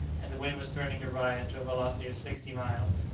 and the wind was threatening to rise to a velocity of sixty miles.